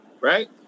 Right